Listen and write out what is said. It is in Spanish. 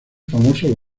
famosos